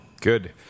Good